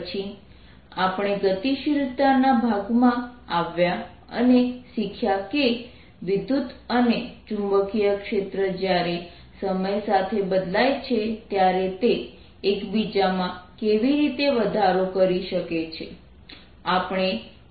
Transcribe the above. પછી આપણે ગતિશીલતા ના ભાગમાં આવ્યા અને શીખ્યા કે વિદ્યુત અને ચુંબકીય ક્ષેત્ર જ્યારે સમય સાથે બદલાય છે ત્યારે તે એકબીજામાં કેવી રીતે વધારો કરી શકે છે